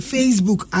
Facebook